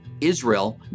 Israel